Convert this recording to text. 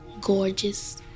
gorgeous